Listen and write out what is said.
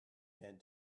hand